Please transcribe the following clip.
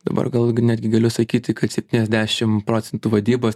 dabar gal netgi galiu sakyti kad septyniasdešim procentų vadybos